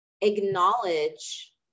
acknowledge